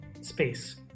space